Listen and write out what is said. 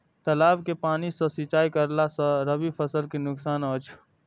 तालाब के पानी सँ सिंचाई करला स रबि फसल के नुकसान अछि?